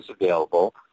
available